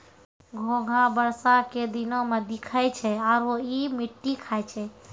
घोंघा बरसा के दिनोॅ में दिखै छै आरो इ मिट्टी खाय छै